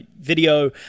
video